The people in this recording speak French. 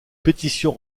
pétition